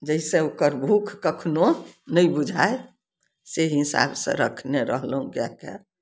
जाहिसँ ओकर भूख कखनो नहि बुझाइ से हिसाबसँ रखने रहलहुँ गायके